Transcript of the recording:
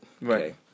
Right